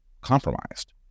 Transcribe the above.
compromised